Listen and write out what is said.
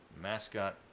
mascot